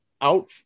out